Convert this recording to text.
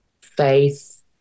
faith